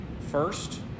first